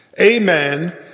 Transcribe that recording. amen